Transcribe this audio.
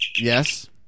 yes